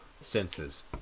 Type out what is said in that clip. senses